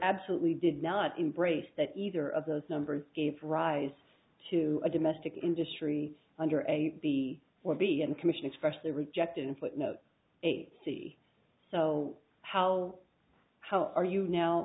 absolutely did not embrace that either of those numbers gave rise to a domestic industry under a b or b and commission express they rejected a footnote a city so how how are you now